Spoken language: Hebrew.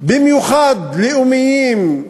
במיוחד לאומיים,